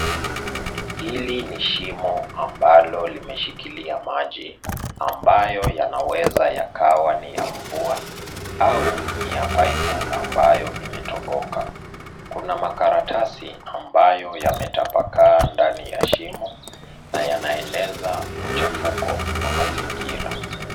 Hili ni shimo ambalo limeshikilia maji ambayo yanaweza yakawa ni ya mvua au ni ya paipu ambayo imetoboka. Kuna makaratasi ambayo yametapakaa ndani ya shimo na yanaeneza uchafuko wa mazingira.